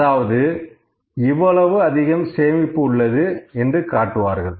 அதாவது இவ்வளவு அதிகம் சேமிப்பு உள்ளது என்று காட்டுவார்கள்